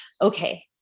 okay